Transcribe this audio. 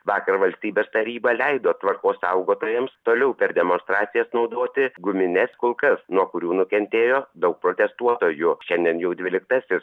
vakar valstybės taryba leido tvarkos saugotojams toliau per demonstracijas naudoti gumines kulkas nuo kurių nukentėjo daug protestuotojų šiandien jau dvyliktasis